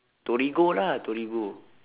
torigo lah torigo